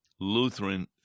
Lutheran